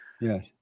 Yes